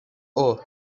اوه